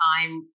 time